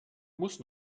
muss